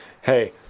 hey